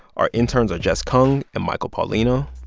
our interns are jess kung and michael paulino.